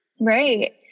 right